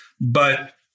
but-